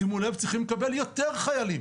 שימו לב, צריכים לקבל יותר חיילים,